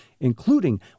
including